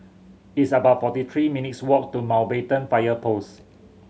it's about forty three minutes' walk to Mountbatten Fire Post